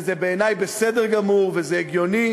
וזה בעיני בסדר גמור וזה הגיוני.